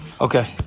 Okay